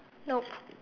no